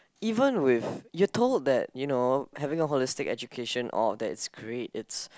even with you're told that you know having a holistic education all that it's great it's